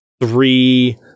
three